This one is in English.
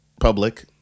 public